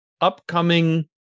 upcoming